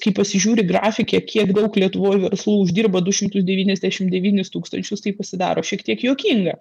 kai pasižiūri grafike kiek daug lietuvoj verslų uždirba du šimtus devyniasdešimt devynis tūkstančius tai pasidaro šiek tiek juokinga